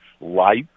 life